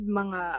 mga